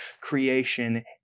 creation